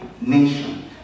nation